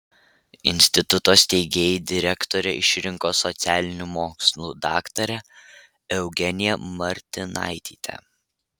instituto steigėjai direktore išrinko socialinių mokslų daktarę eugeniją martinaitytę